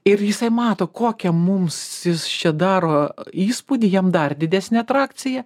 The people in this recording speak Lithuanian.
ir jisai mato kokią mums jis čia daro įspūdį jam dar didesnė atrakcija